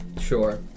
Sure